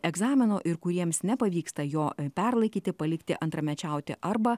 egzamino ir kuriems nepavyksta jo perlaikyti palikti antramečiauti arba